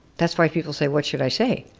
that's why people say what should i say.